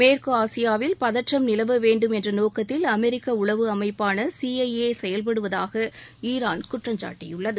மேற்கு ஆசியாவில் பதற்றம் நிலவ வேண்டும் என்ற நோக்கத்தில் அமெரிக்க உளவு அமைப்பான சி ஐ ஏ செயல்படுவதாக ஈரான் குற்றம் சாட்டியுள்ளது